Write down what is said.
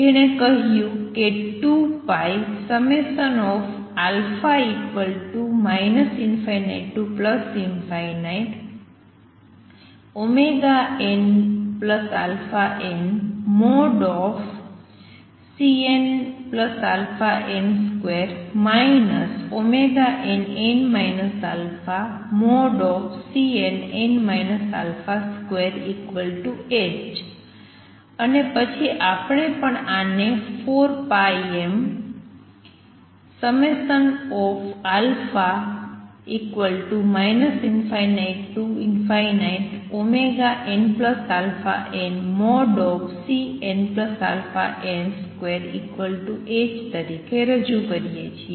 જેણે કહ્યું કે 2πα ∞nαn|Cnαn |2 nn α|Cnn α |2h અને પછી આપણે પણ આને 4πmα ∞nαn|Cnαn |2h તરીકે રજૂ કરીએ છીએ